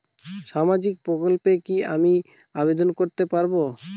সামাজিক প্রকল্পে কি আমি আবেদন করতে পারবো?